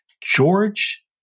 George